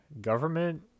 government